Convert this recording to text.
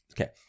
Okay